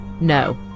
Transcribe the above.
No